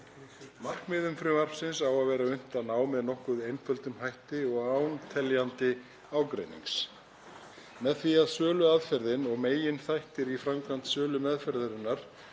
Markmiðum frumvarpsins á að vera unnt að ná með nokkuð einföldum hætti og án teljandi ágreinings. Með því að söluaðferðin og meginþættir í framkvæmd sölumeðferðarinnar